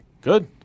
Good